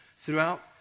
throughout